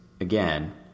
again